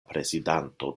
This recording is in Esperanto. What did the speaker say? prezidanto